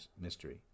mystery